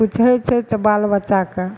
किछु होइ छै तऽ बाल बच्चाके